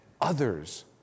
others